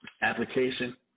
application